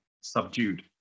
subdued